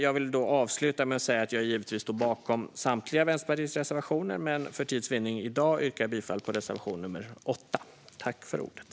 Jag avslutar med att säga att jag givetvis står bakom samtliga Vänsterpartiets reservationer, men för tids vinnande i dag yrkar jag bifall endast till reservation 8.